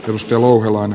pyrstö louhelaan